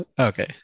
Okay